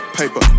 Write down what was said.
paper